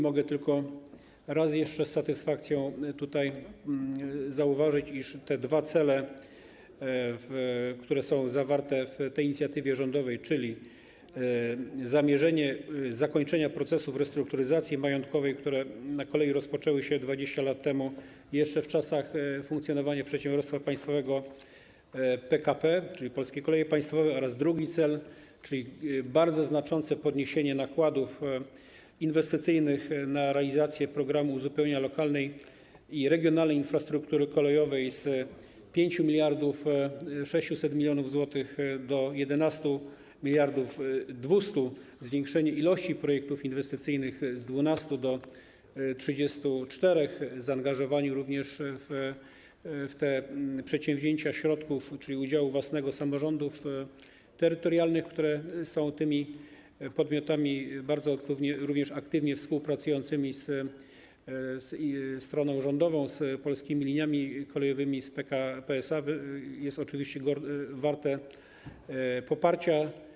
Mogę tylko raz jeszcze z satysfakcją tutaj zauważyć, iż te dwa cele, które są zawarte w tej inicjatywie rządowej, czyli po pierwsze, zakończenie procesów restrukturyzacji majątkowej, które na kolei rozpoczęły się 20 lat temu, jeszcze w czasach funkcjonowania przedsiębiorstwa państwowego PKP, czyli Polskie Koleje Państwowe, oraz po drugie, bardzo znaczące podniesienie nakładów inwestycyjnych na realizację programu uzupełniania lokalnej i regionalnej infrastruktury kolejowej z 5600 mln zł do 11 200 tys. zł, zwiększenie ilości projektów inwestycyjnych z 12 do 34, zaangażowanie również w te przedsięwzięcia środków, czyli udziału własnego, samorządów terytorialnych, które są podmiotami bardzo aktywnie współpracującymi ze stroną rządową, z Polskimi Liniami Kolejowymi, z PKP SA, są oczywiście warte poparcia.